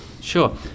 Sure